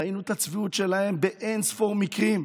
ראינו את הצביעות שלהם באין ספור מקרים.